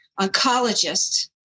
oncologist